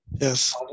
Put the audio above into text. Yes